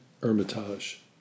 Hermitage